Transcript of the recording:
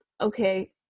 Okay